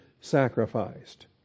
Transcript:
sacrificed